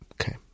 okay